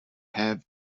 have